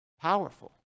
powerful